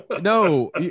no